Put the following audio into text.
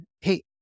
hey